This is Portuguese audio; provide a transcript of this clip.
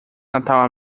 natal